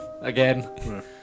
Again